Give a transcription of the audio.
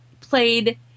played